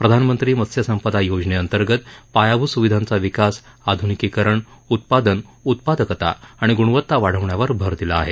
प्रधानमंत्री मत्स्य संपदा योजनेअंतर्गत पायाभूत सुविधांचा विकास आधुनिकीकरण उत्पादन उत्पादकता आणि गुणवत्ता वाढवण्यावर भर दिला आहे